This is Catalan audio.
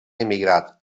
emigrat